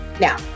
now